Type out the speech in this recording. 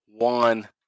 One